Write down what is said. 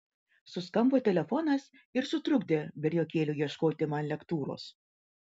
suskambo telefonas ir sutrukdė berniokėliui ieškoti man lektūros